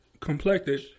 Complected